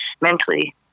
mentally